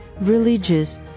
religious